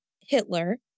Hitler